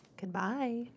Goodbye